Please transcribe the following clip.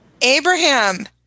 Abraham